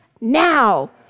now